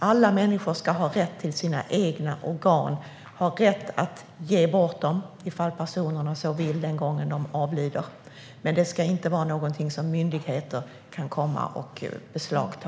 Alla människor ska ha rätt till sina organ och ha rätt att ge bort dem, om de själva vill, när de avlider. Men detta ska inte vara någonting som myndigheter kan komma och beslagta.